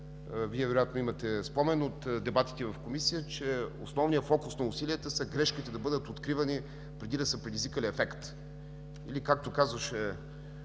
Вие вероятно имате спомен от дебатите в Комисията, че основният фокус на усилията са грешките да бъдат откривани преди да са предизвикали ефекта или както казваше